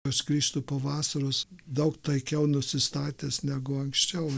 pasklistų po vasaros daug taikiau nusistatęs negu anksčiau